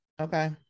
Okay